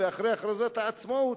ואחרי הכרזת העצמאות,